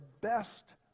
best